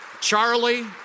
Charlie